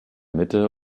mitte